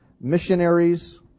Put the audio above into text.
missionaries